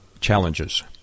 challenges